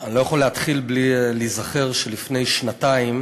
אני לא יכול להתחיל בלי להיזכר שלפני שנתיים